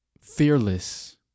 fearless